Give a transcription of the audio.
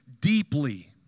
deeply